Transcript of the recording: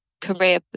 career